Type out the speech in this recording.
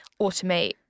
automate